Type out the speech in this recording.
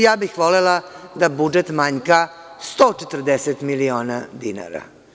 Ja bih volela da budžet manjka 140 miliona dinara.